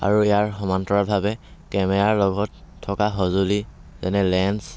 আৰু ইয়াৰ সমান্তৰালভাৱে কেমেৰাৰ লগত থকা সঁজুলি যেনে লেন্স